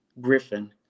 Griffin